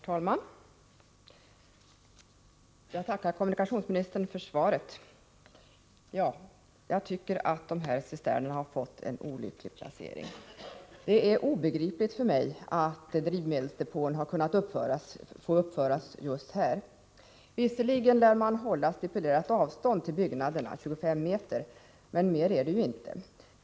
Herr talman! Jag tackar kommunikationsministern för svaret. Ja, jag tycker att cisternerna har fått en olycklig placering. Det är för mig obegripligt att drivmedelsdepån har kunnat uppföras på just den plats där den i dag finns. Visserligen lär man hålla det stipulerade avståndet till byggnaderna —25 m — men mer är det inte.